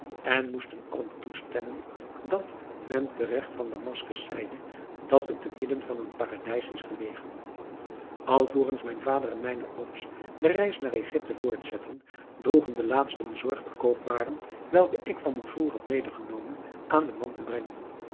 en moesten allen toestemmen dat men teregt van damaskus zeide dat het te midden van een paradijs is gelegen alvorens mijn vader en mijne ooms de reis naar egypte voortzetten droegen de laatsten zorg de koopwaren welke ik van moussoul had mede genomen aan den man te brengen